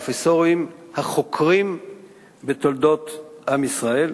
הפרופסורים והחוקרים בתולדות עם ישראל.